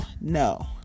no